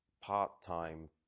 part-time